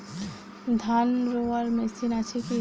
ধান রোয়ার মেশিন আছে কি?